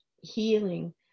healing